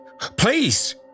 Please